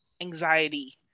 anxiety